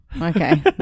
okay